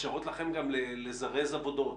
מאפשרות לכם לזרז עבודות.